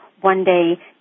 One-Day